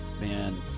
Man